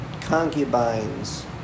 concubines